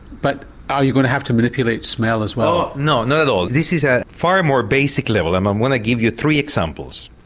but are you going to have to manipulate smell as well? no, not at all. this is at a far more basic level i'm i'm going to give you three examples.